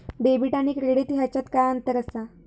Debit आणि credit ह्याच्यात काय अंतर असा?